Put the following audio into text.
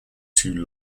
two